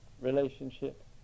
relationship